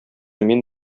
мин